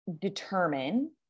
determine